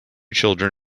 children